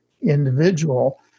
individual